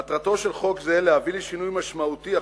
מטרתו של חוק זה להביא לשינוי משמעותי,